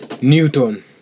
Newton